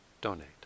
donate